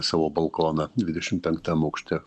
savo balkoną dvidešim penktam aukšte